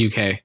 UK